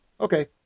Okay